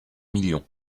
million